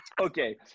Okay